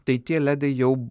tai tie ledai jau